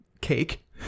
cake